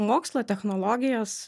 mokslo technologijas